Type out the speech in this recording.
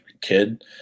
kid